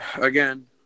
Again